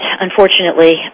unfortunately